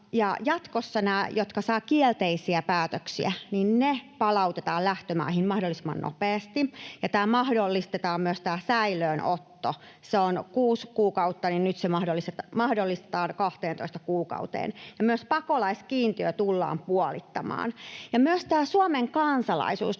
Jatkossa nämä, jotka saavat kielteisiä päätöksiä, palautetaan lähtömaihin mahdollisimman nopeasti. Ja myös tämä säilöönotto mahdollistetaan. Se on kuusi kuukautta, ja nyt se mahdollistetaan 12 kuukauteen. Ja myös pakolaiskiintiö tullaan puolittamaan. Ja myös tämä Suomen kansalaisuus